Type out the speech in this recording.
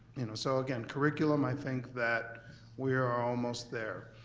you know so again, curriculum, i think that we are almost there.